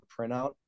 printout